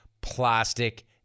plastic